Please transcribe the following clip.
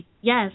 yes